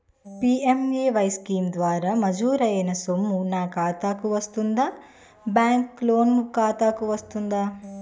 PMAY scheme ద్వారా మంజూరైన సొమ్ము నా ఖాతా కు వస్తుందాబ్యాంకు లోన్ ఖాతాకు వస్తుందా?